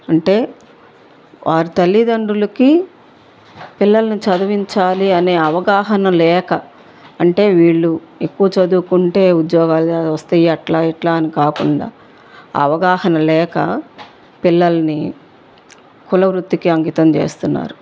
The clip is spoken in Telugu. అంటే వారి తల్లిదండ్రులకి పిల్లల్ని చదివించాలి అనే అవగాహన లేక అంటే వీళ్ళు ఎక్కువ చదువుకుంటే ఉద్యోగాలు వస్తాయి అట్లా ఇట్లా అని కాకుండా అవగాహన లేక పిల్లల్ని కులవృత్తికి అంకితం చేస్తున్నారు